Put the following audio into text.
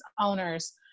owners